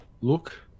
look